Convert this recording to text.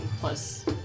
plus